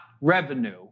revenue